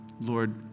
Lord